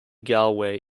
galway